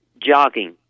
jogging